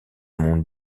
monde